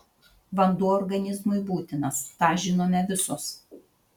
vanduo organizmui būtinas tą žinome visos